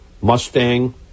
Mustang